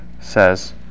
says